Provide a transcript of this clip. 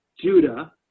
Judah